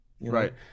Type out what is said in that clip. Right